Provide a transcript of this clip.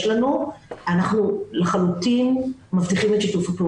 שיאפשרו לנו להקים מאגר באופן שייתן מענה אבל לא יחשוף,